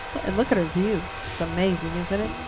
and look at her view. it's amazing, isn't it?